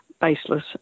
baseless